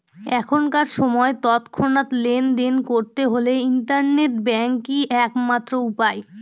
এখনকার সময় তৎক্ষণাৎ লেনদেন করতে হলে ইন্টারনেট ব্যাঙ্কই এক মাত্র উপায়